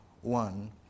one